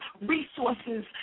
resources